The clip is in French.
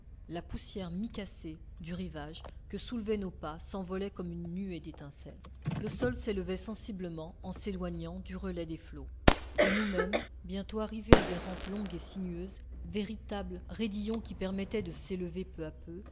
la poussière micacée du rivage que soulevaient nos pas s'envolait comme une nuée d'étincelles le sol s'élevait sensiblement en s'éloignant du relais des flots et nous mmes bientôt arrivés à des rampes longues et sinueuses véritables raidillons qui permettaient de s'élever peu à peu